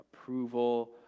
Approval